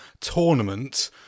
tournament